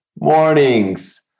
Mornings